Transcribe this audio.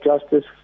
justice